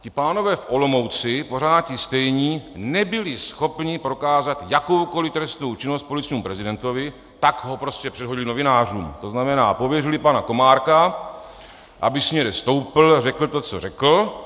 Ti pánové v Olomouci, pořád ti stejní, nebyli schopni prokázat jakoukoli trestnou činnost policejnímu prezidentovi, tak ho prostě předhodili novinářům, to znamená, pověřili pana Komárka, aby si někde stoupl a řekl to, co řekl.